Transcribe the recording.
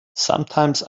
sometimes